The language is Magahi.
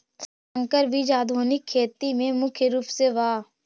संकर बीज आधुनिक खेती में मुख्य रूप से बा